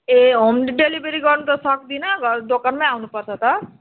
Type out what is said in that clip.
ए home delivery गर्नु त सक्दिनँ घर दोकानमै आउनुपर्छ त